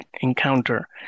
encounter